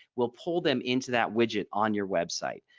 we'll pull them into that widget on your website.